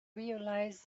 realise